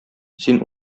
син